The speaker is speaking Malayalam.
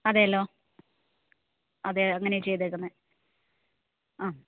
അതെല്ലോ അതെ അങ്ങനെയാണ് ചെയ്തേക്കുന്നത് ആം